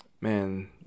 man